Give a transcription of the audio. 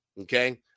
okay